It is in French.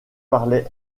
parlait